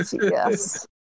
Yes